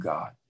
God